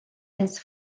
his